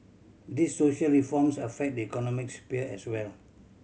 these social reforms affect the economic sphere as well